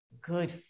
good